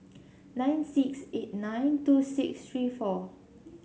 nine six eight nine two six three four